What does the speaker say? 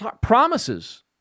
promises